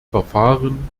verfahren